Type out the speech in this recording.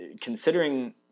considering